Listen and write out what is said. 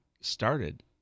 started